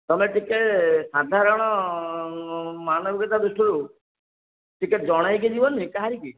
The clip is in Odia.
ତୁମେ ଟିକିଏ ସାଧାରଣ ମାନବିକତା ଦୃଷ୍ଟିରୁ ଟିକିଏ ଜଣେଇକି ଯିବନି କାହାରିକି